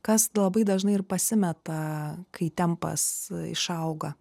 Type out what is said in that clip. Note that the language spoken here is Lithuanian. kas labai dažnai ir pasimeta kai tempas išauga